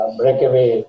breakaway